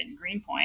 Greenpoint